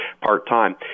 part-time